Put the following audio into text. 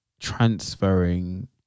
transferring